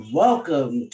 welcome